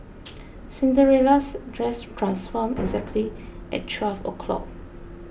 Cinderella's dress transformed exactly at twelve o'clock